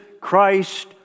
Christ